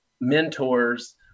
mentors